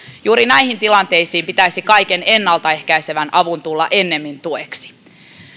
juuri näihin tilanteisiin pitäisi kaiken ennalta ehkäisevän avun tulla ennemmin tueksi